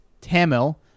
Tamil